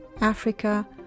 Africa